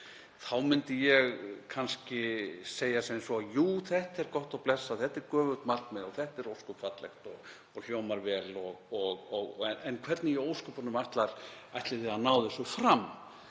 myndi ég kannski segja sem svo: Jú, þetta er gott og blessað, þetta er göfugt markmið og ósköp fallegt og hljómar vel, en hvernig í ósköpunum ætlið þið að ná þessu fram?